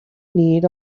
need